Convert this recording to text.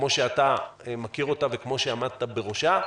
כמו שאתה מכיר אותה וכמו שעמדת בראשה,